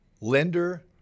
Lender